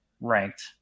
ranked